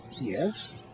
Yes